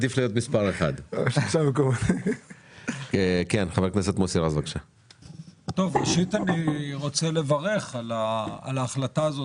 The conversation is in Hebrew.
אני מעדיף להיות מספר 1. אני רוצה לברך על ההחלטה הזאת.